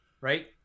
right